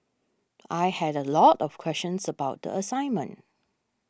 I had a lot of questions about the assignment